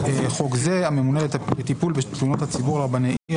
חוק זה הממונה לטיפול בתלונות הציבור רבני עיר,